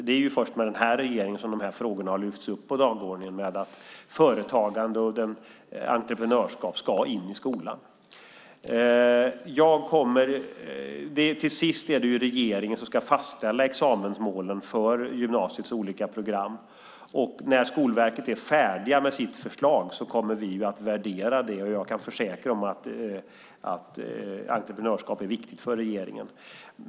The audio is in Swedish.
Det är ju först med den nuvarande regeringen som frågorna om att företagande och entreprenörskap ska in i skolan lyfts upp på dagordningen. Till syvende och sist är det regeringen som ska fastställa examensmålen för gymnasiets olika program. När Skolverket är färdigt med sitt förslag kommer vi att värdera det. Jag kan försäkra att detta med entreprenörskap är viktigt för regeringen.